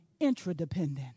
intradependent